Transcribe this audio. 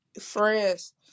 friends